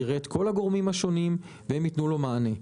יראה את כל הגורמים השונים והם יתנו לו מענה.